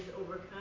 overcome